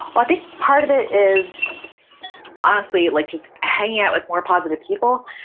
i think part of it is honestly like just hanging out with more positive people.